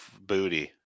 Booty